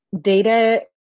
data